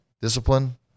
Discipline